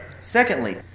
secondly